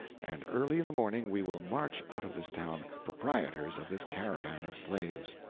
and early in the morning we will march out of this town, proprietors of this caravan of slaves.